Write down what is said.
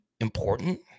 important